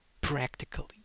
practically